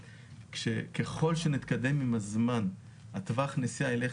ככל שנתקדם עם הזמן טווח הנסיעה יילך